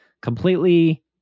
completely